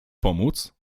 pomóc